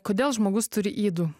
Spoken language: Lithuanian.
kodėl žmogus turi ydų